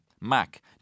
Mac